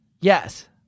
Yes